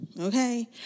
Okay